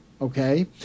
Okay